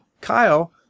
Kyle